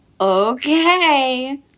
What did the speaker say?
okay